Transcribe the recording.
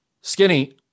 Skinny